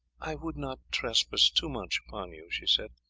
i would not trespass too much upon you, she said.